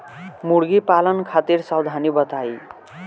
मुर्गी पालन खातिर सावधानी बताई?